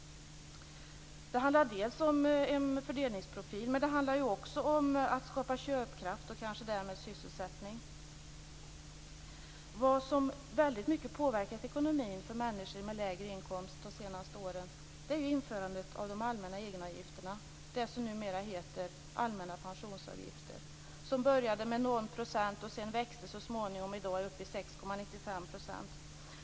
Det handlar om en fördelningsprofil, men det handlar också om att skapa köpkraft och kanske därmed sysselsättning. Något som i väldigt hög grad påverkat ekonomin för människor med lägre inkomst de senaste åren är införandet av de allmänna egenavgifterna, det som numera heter allmänna pensionsavgifter. Det började med någon procent, växte så småningom och är i dag uppe i 6,95 %.